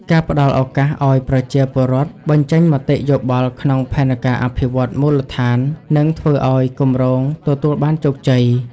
ការផ្តល់ឱកាសឱ្យប្រជាពលរដ្ឋបញ្ចេញមតិយោបល់ក្នុងផែនការអភិវឌ្ឍន៍មូលដ្ឋាននឹងធ្វើឱ្យគម្រោងទទួលបានជោគជ័យ។